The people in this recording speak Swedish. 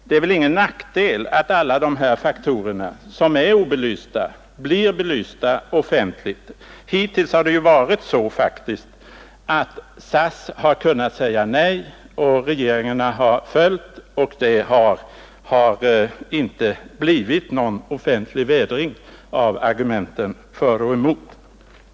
Det är väl ingen nackdel att alla de faktorer som är obelysta blir offentligt belysta. Hittills har SAS kunnat säga nej och regeringarna har följt SAS. Någon offentlig vädring av argumenten för och emot har inte skett.